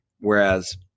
Whereas